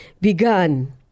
begun